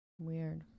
Weird